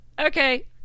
Okay